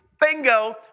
Bingo